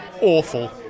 awful